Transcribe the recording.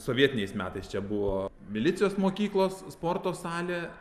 sovietiniais metais čia buvo milicijos mokyklos sporto salė